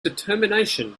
determination